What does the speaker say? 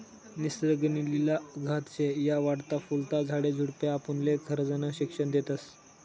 निसर्ग नी लिला अगाध शे, या वाढता फुलता झाडे झुडपे आपुनले खरजनं शिक्षन देतस